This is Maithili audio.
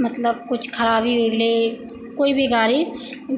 मतलब किछु खराबी हो गेलै कोइ भी गाड़ी